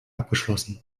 abgeschlossen